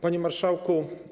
Panie Marszałku!